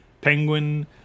penguin